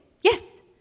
Yes